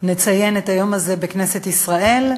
נציין את היום הזה בכנסת ישראל,